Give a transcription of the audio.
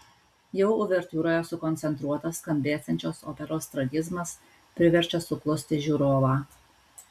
jau uvertiūroje sukoncentruotas skambėsiančios operos tragizmas priverčia suklusti žiūrovą